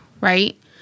right